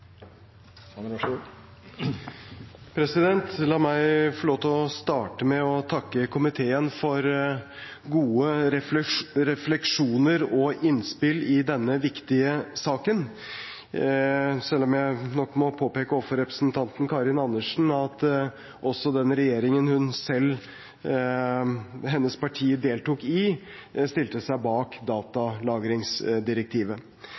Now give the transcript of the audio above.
La meg få lov til å starte med å takke komiteen for gode refleksjoner og innspill i denne viktige saken, selv om jeg nok må påpeke overfor representanten Karin Andersen at også den regjeringen hennes eget parti deltok i, stilte seg bak